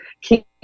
keep